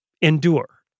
endure